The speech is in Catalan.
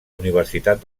universitat